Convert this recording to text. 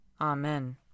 Amen